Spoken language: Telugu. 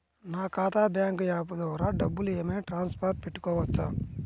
నా ఖాతా బ్యాంకు యాప్ ద్వారా డబ్బులు ఏమైనా ట్రాన్స్ఫర్ పెట్టుకోవచ్చా?